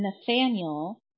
Nathaniel